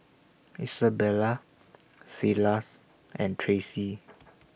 Isabela Silas and Tracey